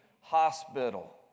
Hospital